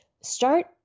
start